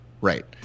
Right